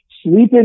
sleeping